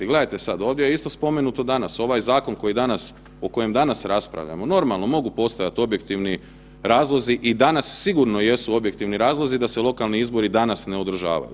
Gledajte sad, ovdje je isto spomenuto danas, ovaj zakon koji danas, o kojem danas raspravljamo, normalno, mogu postojati objektivni razlozi i danas sigurno jesu objektivni razlozi da se lokalni izbori danas ne održavaju.